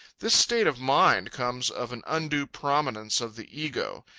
this state of mind comes of an undue prominence of the ego.